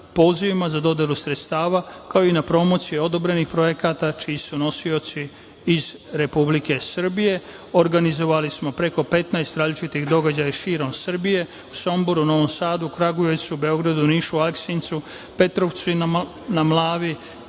pozivima za dodelu sredstava, kao i na promociji odobrenih projekata čiji su nosioci iz Republike Srbije. Organizovali smo preko 15 različitih događaja širom Srbije: Somboru, Novom Sadu, Kragujevcu, Beogradu, Nišu, Aleksincu, Petrovcu na Mlavi,